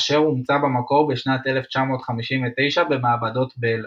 אשר הומצא במקור בשנת 1959 במעבדות בל.